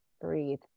breathe